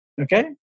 Okay